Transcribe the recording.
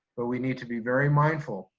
but we need to be very mindful.